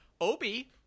Obi